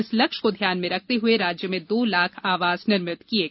इस लक्ष्य को ध्यान में रखते हुए राज्य में दो लाख आवास निर्मित किये गये हैं